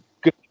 good